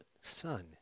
son